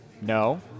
No